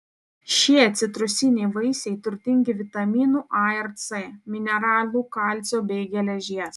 šie citrusiniai vaisiai turtingi vitaminų a ir c mineralų kalcio bei geležies